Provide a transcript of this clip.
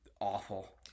awful